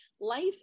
life